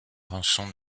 rançon